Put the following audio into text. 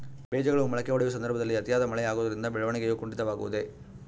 ಬೇಜಗಳು ಮೊಳಕೆಯೊಡೆಯುವ ಸಂದರ್ಭದಲ್ಲಿ ಅತಿಯಾದ ಮಳೆ ಆಗುವುದರಿಂದ ಬೆಳವಣಿಗೆಯು ಕುಂಠಿತವಾಗುವುದೆ?